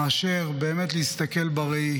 מאשר באמת להסתכל בראי